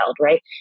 right